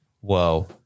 Whoa